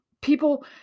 People